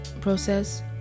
process